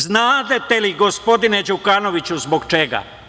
Znate li, gospodine Đukanoviću, zbog čega?